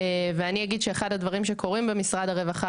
ואני אגיד שאחד הדברים שקורים במשרד הרווחה,